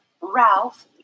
Ralph